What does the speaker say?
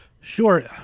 Sure